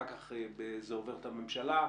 אחר כך זה עובר את הממשלה.